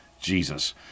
Jesus